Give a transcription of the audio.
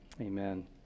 Amen